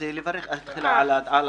באתי לברך תחילה על הדיון,